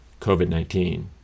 COVID-19